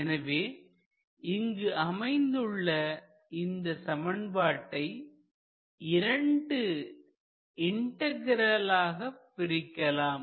எனவே இங்கு அமைந்துள்ள இந்த சமன்பாட்டை இரண்டு இன்டகிரலாக பிரிக்கலாம்